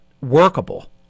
workable